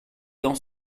dans